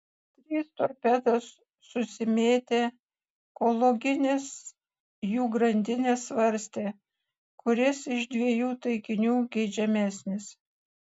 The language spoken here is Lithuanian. trys torpedos susimėtė kol loginės jų grandinės svarstė kuris iš dviejų taikinių geidžiamesnis